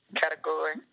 category